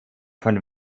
von